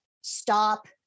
stop